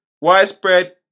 widespread